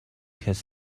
has